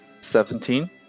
seventeen